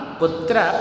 putra